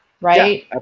right